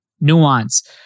nuance